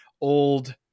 old